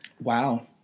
Wow